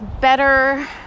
better